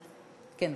בבקשה.